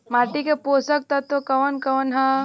माटी क पोषक तत्व कवन कवन ह?